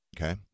Okay